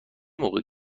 موقع